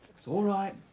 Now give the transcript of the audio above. it's all right.